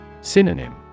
Synonym